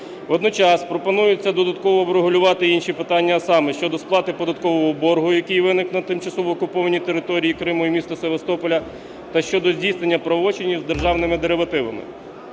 Водночас пропонується додатково врегулювати інші питання, а саме щодо сплати податкового боргу, який виник на тимчасово окупованій території Криму і міста Севастополя, та щодо здійснення правочинів з державними деривативами.